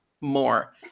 more